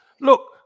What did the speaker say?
look